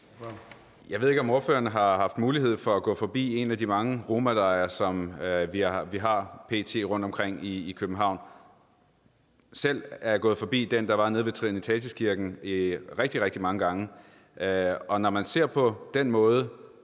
Jeg ved ikke, om ordføreren har haft mulighed for at gå forbi en af de mange romalejre, som vi har p.t. rundtomkring i København. Selv er jeg gået forbi den, der var nede ved Trinitatiskirken, rigtig, rigtig mange gange. Og når man ser på den måde,